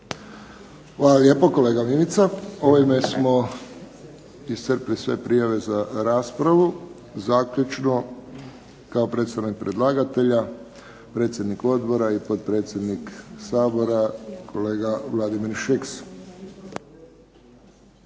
Hvala lijepo kolega Mimica. Ovime smo iscrpili sve prijave za raspravu. Zaključno kao predstavnik predlagatelja, predsjednik odbora i potpredsjednik Sabora kolega Vladimir Šeks.